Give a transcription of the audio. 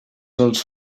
els